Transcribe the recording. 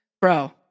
Bro